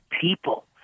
people